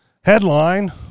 headline